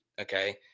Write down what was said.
Okay